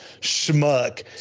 schmuck